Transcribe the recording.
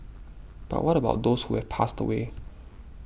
but what about those who have passed away